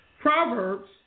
Proverbs